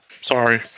Sorry